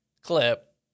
clip